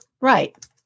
Right